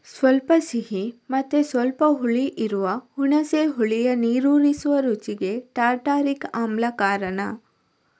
ಸ್ವಲ್ಪ ಸಿಹಿ ಮತ್ತೆ ಸ್ವಲ್ಪ ಹುಳಿ ಇರುವ ಹುಣಸೆ ಹುಳಿಯ ನೀರೂರಿಸುವ ರುಚಿಗೆ ಟಾರ್ಟಾರಿಕ್ ಆಮ್ಲ ಕಾರಣ